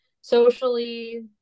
socially